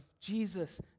Jesus